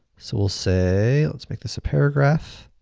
so, we'll say, let's make this a paragraph.